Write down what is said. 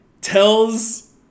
tells